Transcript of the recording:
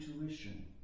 intuition